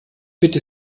bitte